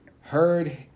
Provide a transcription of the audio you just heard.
Heard